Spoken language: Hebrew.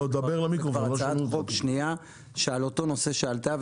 זו כבר הצעת חוק שנייה על אותו נושא שעלה,